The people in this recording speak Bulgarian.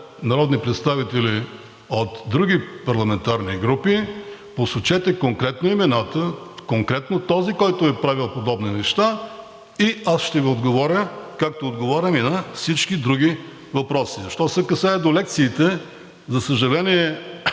народни представители от други парламентарни групи, посочете конкретно имената, конкретно този, който е правил подобни неща, и аз ще Ви отговоря, както отговарям и на всички други въпроси. Що се касае до лекциите, за съжаление,